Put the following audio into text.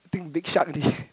think big shark this